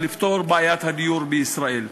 יפתור את בעיית הדיור במדינת ישראל.